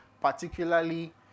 particularly